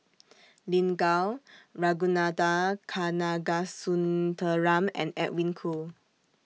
Lin Gao Ragunathar Kanagasuntheram and Edwin Koo